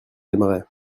aimeraient